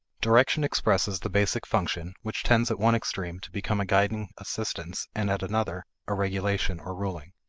direction expresses the basic function, which tends at one extreme to become a guiding assistance and at another, a regulation or ruling.